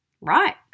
right